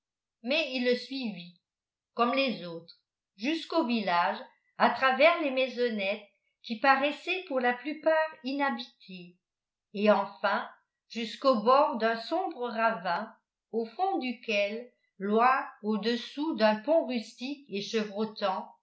mais il le suivit comme les autres jusqu'au village à travers les maisonnettes qui paraissaient pour la plupart inhabitées et enfin jusqu'au bord d'un sombre ravin au fond duquel loin au-dessous d'un pont rustique et chevrotant